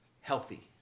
healthy